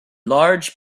large